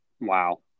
Wow